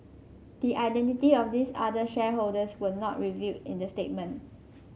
the identity of these other shareholders were not revealed in the statement